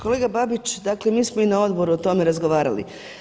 Kolega Babić, dakle mi smo i na odboru o tome razgovarali.